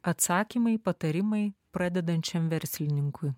atsakymai patarimai pradedančiam verslininkui